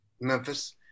Memphis